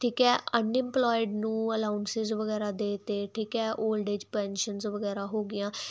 ਠੀਕ ਹੈ ਅਨਪਲੋਇਡ ਨੂੰ ਅਲਾਉਂਸਸ ਵਗੈਰਾ ਦੇ ਤੇ ਠੀਕ ਹੈ ਓਲਡਏਜ ਪੈਨਸ਼ਨਜ਼ ਵਗੈਰਾ ਹੋ ਗਈਆਂ